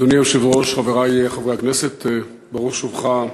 אדוני היושב-ראש, חברי חברי הכנסת, ברוך שובך,